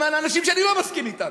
למען אנשים שאני לא מסכים אתם.